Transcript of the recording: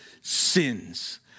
sins